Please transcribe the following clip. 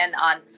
on